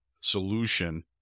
solution